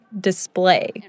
display